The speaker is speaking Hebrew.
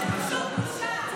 בושה.